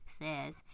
says